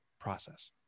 process